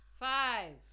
Five